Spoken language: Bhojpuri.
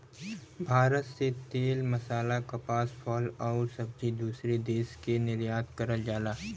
भारत से तेल मसाला कपास फल आउर सब्जी दूसरे देश के निर्यात करल जाला